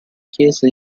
chiesa